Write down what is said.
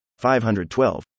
512